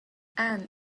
ann